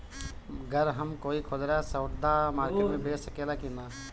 गर हम कोई खुदरा सवदा मारकेट मे बेच सखेला कि न?